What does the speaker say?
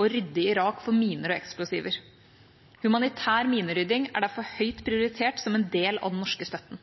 å rydde Irak for miner og eksplosiver. Humanitær minerydding er derfor høyt prioritert som en del av den norske støtten.